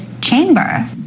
chamber